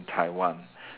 in Taiwan